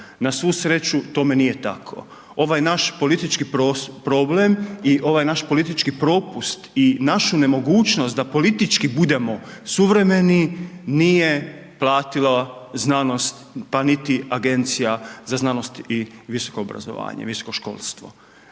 Na svu sreću, tome nije tako. Ovaj naš politički problem i ovaj naš politički propust i našu nemogućnost da politički bude suvremeni nije platila znanost pa niti Agencija za znanosti i visoko obrazovanje, visoko školstvo.